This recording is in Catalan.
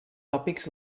tòpics